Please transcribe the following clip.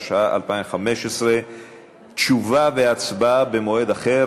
התשע"ה 2015. תשובה והצבעה במועד אחר.